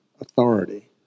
authority